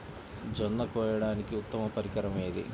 జొన్న కోయడానికి ఉత్తమ పరికరం ఏది?